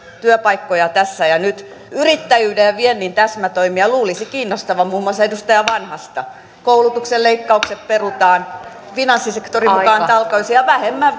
työpaikkoja tässä ja nyt yrittäjyyden ja viennin täsmätoimia luulisi kiinnostavan muun muassa edustaja vanhasta koulutuksen leikkauksia perutaan finanssisektori mukaan talkoisiin ja vähemmän